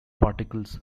particles